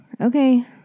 okay